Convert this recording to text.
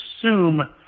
assume